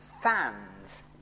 fans